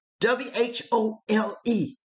W-H-O-L-E